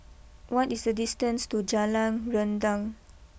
what is the distance to Jalan Rendang